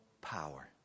power